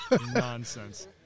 nonsense